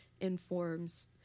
informs